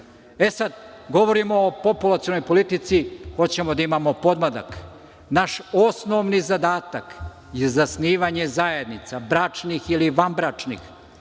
govorimo o populacionoj politici, hoćemo da imamo podmladak, naš osnovni zadatak je zasnivanje zajednica, bračnih ili vanbračnih